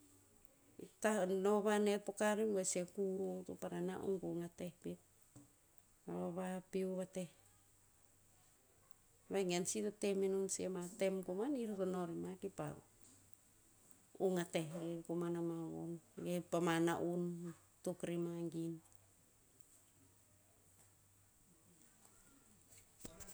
E tah novan neh to poka rebuer si a kuro to parin na ogong ateh pet, vavapeo vateh. Vegen sih to temenon ama tem koman ir to no rema ki pah ong ateh rer koman ama von ge pama na'on. Tok rema gin.